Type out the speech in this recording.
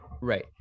Right